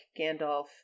Gandalf